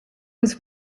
was